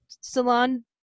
salon